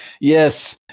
yes